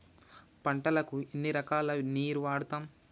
పంటలకు ఎన్ని రకాల నీరు వాడుతం?